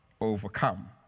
overcome